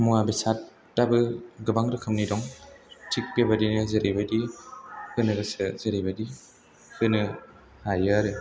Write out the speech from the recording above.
मुवा बेसादाबो गोबां रोखोमनि दं थिक बेबादिनो जेरैबायदि होनो गोसो जेरैबादि होनो हायो आरो